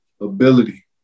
ability